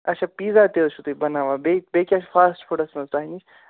اَچھا پیٖزا تہِ حظ چھِو تُہۍ بَناوان حظ بیٚیہِ بیٚیہِ کیٛاہ چھُ فاسٹ فُڈَس منٛز تۄہہِ نِش